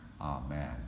Amen